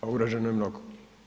a urađeno je mnogo.